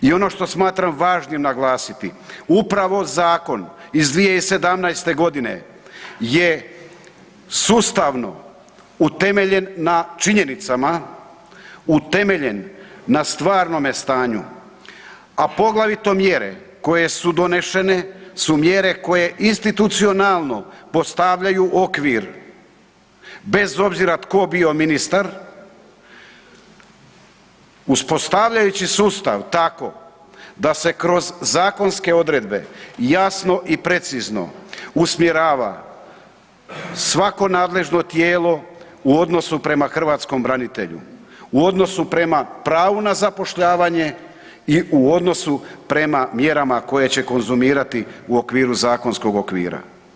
I ono što smatram važnim naglasiti upravo zakon iz 2017. godine je sustavno utemeljen na činjenicama, u temeljen na stvarnome stanju, a poglavito mjere koje su donešene su mjere koje institucionalno postavljaju okvir bez obzira tko bio ministar uspostavljajući sustav tako da se kroz zakonske odredbe jasno i precizno usmjerava svako nadležno tijelo u odnosu prema hrvatskom branitelju, u odnosu prema pravu na zapošljavanje i u odnosu prema mjerama koje će konzumirati u okviru zakonskog okvira.